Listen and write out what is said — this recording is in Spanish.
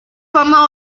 como